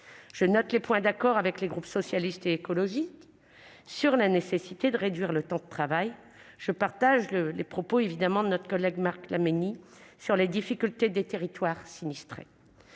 Je note les points d'accord avec les groupes socialiste et écologiste sur la nécessité de réduire le temps de travail, et je partage les propos de Marc Laménie concernant les difficultés des territoires sinistrés.